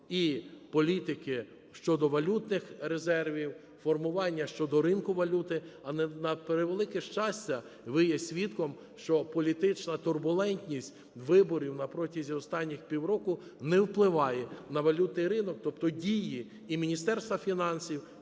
і політики щодо валютних резервів, формування щодо ринку валюти. Але, на превелике щастя, ви є свідком, що політична турбулентність виборів на протязі останніх півроку не впливає на валютний ринок, тобто дії і Міністерства фінансів,